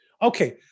Okay